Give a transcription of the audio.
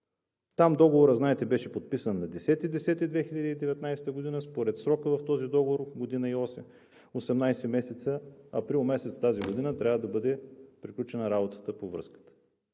Там договорът, знаете, беше подписан на 10 октомври 2019 г. Според срока в този договор – 18 месеца, април месец тази година трябва да бъде приключена работата по връзката.